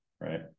right